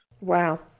Wow